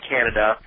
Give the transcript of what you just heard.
Canada